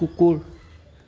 কুকুৰ